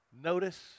Notice